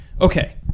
Okay